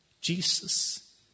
Jesus